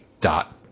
dot